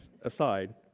aside